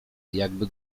jakby